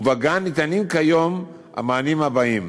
ובגן ניתנים כיום המענים האלה: